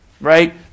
right